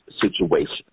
situation